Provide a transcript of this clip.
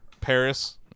Paris